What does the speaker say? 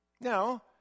Now